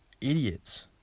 idiots